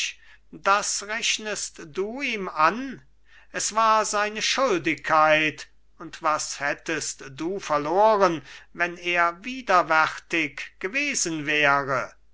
das rechnest du ihm an es war seine schuldigkeit und was hättest du verloren wenn er widerwärtig gewesen wäre